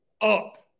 up